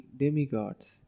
demigods